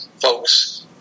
folks